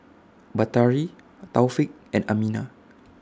Batari Taufik and Aminah